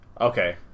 Okay